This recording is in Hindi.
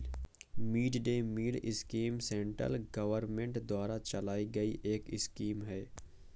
mid day meal scheme central government द्वारा चलाई गई एक स्कीम है